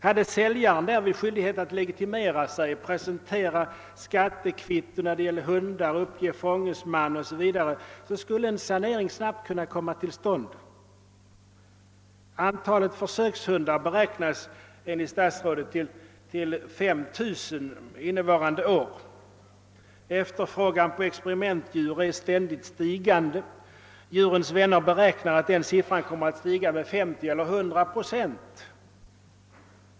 Hade säljaren därtill skyldighet att legitimera sig, att presentera skattekvitto för hundar och att uppge eventuell fångesman, skulle en sanering snabbt kunna komma till stånd. Statsrådet anför att antalet försökshundar 1970 beräknas till närmare 5000. Efterfrågan på experimentdjur är ständigt stigande. Djurens Vänner beräknar att denna siffra kommer att stiga med 50—100 procent.